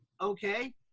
okay